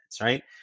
right